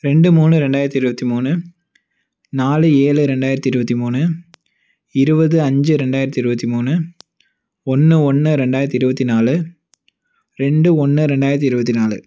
ரெண்டு மூணு ரெண்டாயிரத்தி இருபத்தி மூணு நாலு ஏழு ரெண்டாயிரத்தி இருபத்தி மூணு இருபது அஞ்சு ரெண்டாயிரத்தி இருபத்தி மூணு ஒன்று ஒன்று ரெண்டாயிரத்தி இருபத்தி நாலு ரெண்டு ஒன்று ரெண்டாயிரத்தி இருபத்தி நாலு